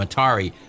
Atari